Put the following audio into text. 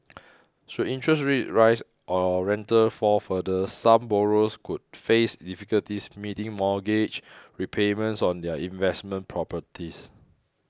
should interest rates rise or rentals fall further some borrowers could face difficulties meeting mortgage repayments on their investment properties